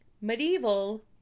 Medieval